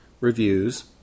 reviews